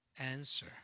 answer